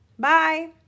Bye